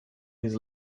his